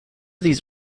these